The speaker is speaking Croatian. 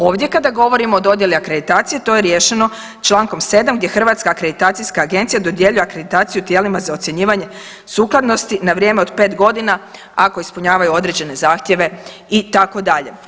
Ovdje kada govorimo o dodjeli akreditacije to je riješeno člankom 7. gdje Hrvatska akreditacijska agencija dodjeljuje akreditaciju tijelima za ocjenjivanje sukladnosti na vrijeme od pet godina ako ispunjavaju određene zahtjeve itd.